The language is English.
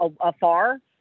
afar